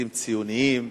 היבטים ציוניים.